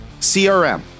crm